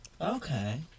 Okay